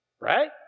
right